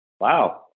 Wow